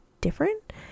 different